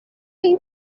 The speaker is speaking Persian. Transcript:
این